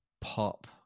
pop